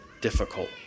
difficult